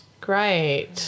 Great